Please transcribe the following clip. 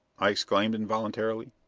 i exclaimed involuntarily.